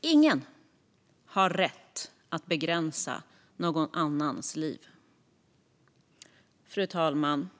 Ingen har rätt att begränsa någon annans liv. Fru talman!